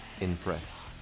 impress